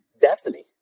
destiny